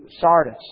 Sardis